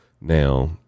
Now